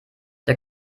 der